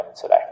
today